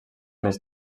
més